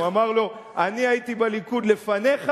הוא אמר לו: אני הייתי בליכוד לפניך,